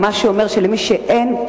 מה שאומר שמי שאין לו,